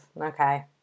okay